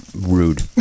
Rude